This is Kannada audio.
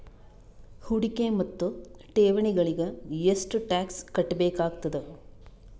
ಹೂಡಿಕೆ ಮತ್ತು ಠೇವಣಿಗಳಿಗ ಎಷ್ಟ ಟಾಕ್ಸ್ ಕಟ್ಟಬೇಕಾಗತದ?